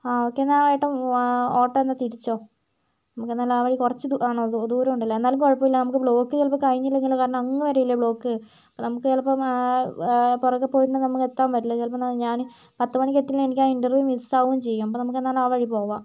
ആ ഓക്കെ എന്നാൽ ഏട്ടൻ ഓട്ടോ ഒന്നു തിരിച്ചോ നമുക്കെന്നാൽ ആ വഴി കുറച്ച് ദൂര ദൂരമുണ്ടല്ലോ എന്നാലും കുഴപ്പമില്ല നമുക്ക് ബ്ലോക്ക് ചിലപ്പം കഴിഞ്ഞില്ലെങ്കിലോ കാരണം അങ്ങ് വരെയില്ലേ ബ്ലോക്ക് നമുക്ക് ചിലപ്പം പുറകെ പോയി നിന്ന് നമുക്ക് എത്താൻ പറ്റില്ല ചിലപ്പം ഞാന് പത്തുമണിക്ക് എത്തില്ലേ എനിക്കാ ഇന്റർവ്യൂ മിസ് ആവുകയും ചെയ്യും അപ്പം നമുക്കെന്തെന്നാൽ ആ വഴി പോവാം